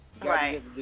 Right